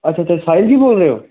ਅੱਛਾ ਅੱਛਾ ਸਾਹਿਲ ਜੀ ਬੋਲ ਰਹੇ ਹੋ